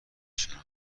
شنا